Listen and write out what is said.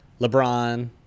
LeBron